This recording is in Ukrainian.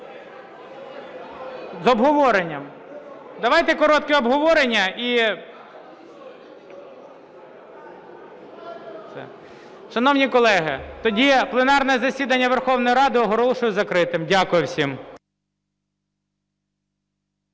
З обговоренням. Давайте, коротке обговорення і… (Шум у залі) Шановні колеги, тоді пленарне засідання Верховної Ради оголошую закритим. Дякую всім.